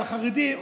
על החרדים,